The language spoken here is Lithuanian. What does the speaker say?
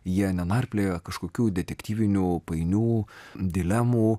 jie nenarpliojo kažkokių detektyvinių painių dilemų